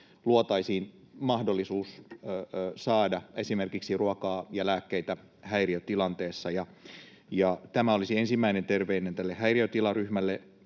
luotaisiin mahdollisuus saada esimerkiksi ruokaa ja lääkkeitä häiriötilanteessa. Tämä olisi ensimmäinen terveinen tälle häiriötilaryhmälle,